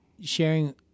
sharing